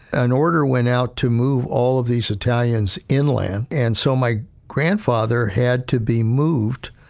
an order went out to move all of these italians inland and so my grandfather had to be moved